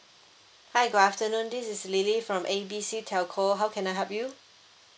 hi good afternoon this is lily from A B C telco how can I help you